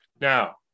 Now